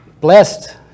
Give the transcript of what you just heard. Blessed